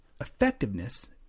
effectiveness